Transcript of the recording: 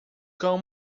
cão